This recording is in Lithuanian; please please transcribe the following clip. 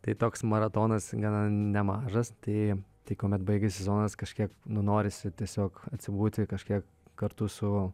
tai toks maratonas gana nemažas tai tai kuomet baigiasi sezonas kažkiek norisi tiesiog atsibūti kažkiek kartu su